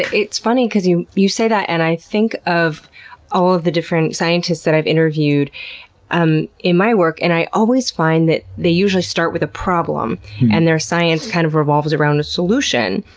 it's funny, because you you say that and i think of all of the different scientists that i've interviewed and in my work, and i always find that they usually start with a problem and their science, kind of, revolves around the solution.